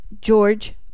George